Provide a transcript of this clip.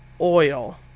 oil